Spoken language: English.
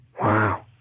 Wow